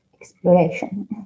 exploration